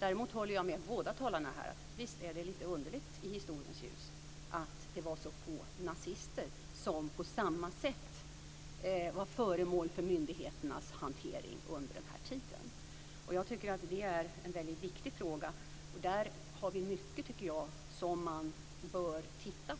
Men jag håller med båda talarna här om att det i historiens ljus är lite underligt att det var så få nazister som på samma sätt var föremål för myndigheternas hantering under den här tiden. Jag tycker att det är en väldigt viktig fråga, och där har vi mycket som man bör titta på.